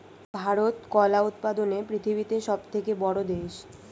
ভারত কলা উৎপাদনে পৃথিবীতে সবথেকে বড়ো দেশ